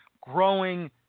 growing